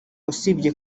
usibye